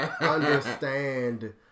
understand